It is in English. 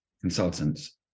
consultants